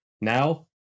now